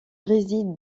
réside